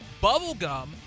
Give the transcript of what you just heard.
Bubblegum